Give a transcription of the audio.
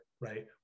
right